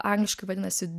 angliškai vadinasi